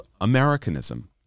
Americanism